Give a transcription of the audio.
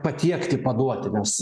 patiekti paduoti nes